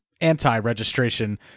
anti-registration